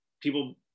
people